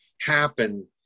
happen